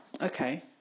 okay